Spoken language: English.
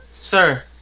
Sir